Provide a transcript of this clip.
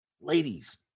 Ladies